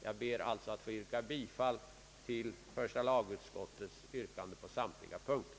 Jag ber alltså att få yrka bifall till första lagutskottets hemställan på samtliga punkter.